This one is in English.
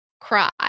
cry